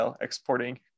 exporting